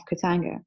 Katanga